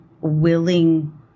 willing